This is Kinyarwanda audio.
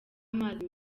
amazi